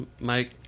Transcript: Mike